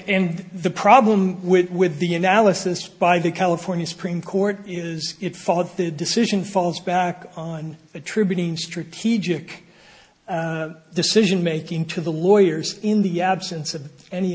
and the problem with with the analysis by the california supreme court is it followed the decision falls back on attributing strategic decision making to the lawyers in the absence of any